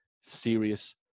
serious